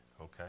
okay